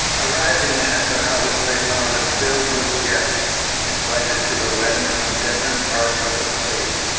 arriving at the house, they found it filled with guests invited to the wedding from different parts of the state,